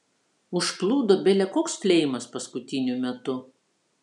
užplūdo bele koks fleimas paskutiniu metu